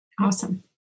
Awesome